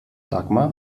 dagmar